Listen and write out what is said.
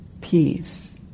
peace